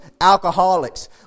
alcoholics